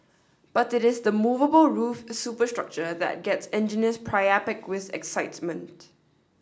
but it is the movable roof superstructure that gets engineers priapic with excitement